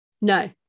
no